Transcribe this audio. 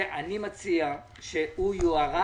אני מציע שהוא יוארך.